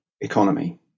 economy